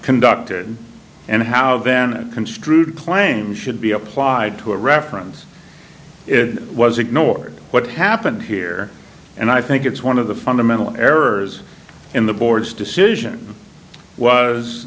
conducted and how then it construed claims should be applied to a reference it was ignored what happened here and i think it's one of the fundamental errors in the board's decision was